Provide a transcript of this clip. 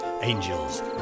Angels